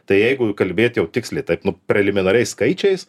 tai jeigu jau kalbėti jau tiksliai taip preliminariais skaičiais